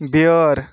بیٲر